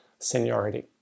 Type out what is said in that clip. Seniority